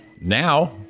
now